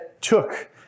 took